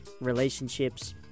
relationships